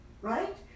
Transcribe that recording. Right